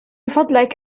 فضلك